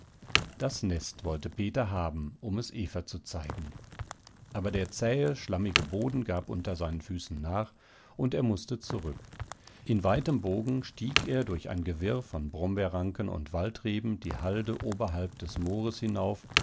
das nest wollte peter haben um es eva zu zeigen aber der zähe schlammige boden gab unter seinen füßen nach und er mußte zurück in weitem bogen stieg er durch ein gewirr von brombeerranken und waldreben die halde oberhalb des moors hinauf